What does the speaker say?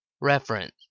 Reference